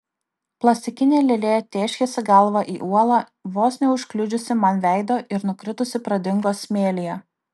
plastikinė lėlė tėškėsi galva į uolą vos neužkliudžiusi man veido ir nukritusi pradingo smėlyje